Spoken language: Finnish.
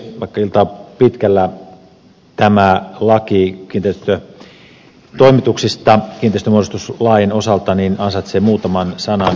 vaikka ilta on pitkällä tämä laki kiinteistötoimituksista kiinteistönmuodostuslain osalta ansaitsee muutaman sanan